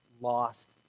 Lost